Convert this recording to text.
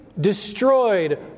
Destroyed